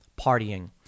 partying